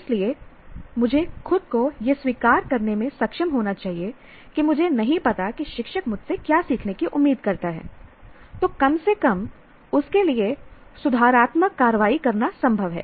इसलिए मुझे खुद को यह स्वीकार करने में सक्षम होना चाहिए कि मुझे नहीं पता कि शिक्षक मुझसे क्या सीखने की उम्मीद करता है तो कम से कम उसके लिए सुधारात्मक कार्रवाई करना संभव है